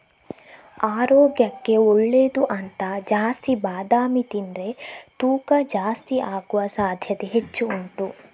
ಆರೋಗ್ಯಕ್ಕೆ ಒಳ್ಳೇದು ಅಂತ ಜಾಸ್ತಿ ಬಾದಾಮಿ ತಿಂದ್ರೆ ತೂಕ ಜಾಸ್ತಿ ಆಗುವ ಸಾಧ್ಯತೆ ಹೆಚ್ಚು ಉಂಟು